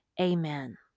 Amen